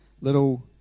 little